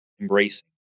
embracing